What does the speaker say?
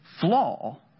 flaw